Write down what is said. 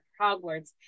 Hogwarts